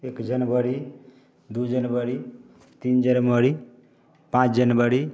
एक जनवरी दो जनवरी तीन जनवरी पाँच जनवरी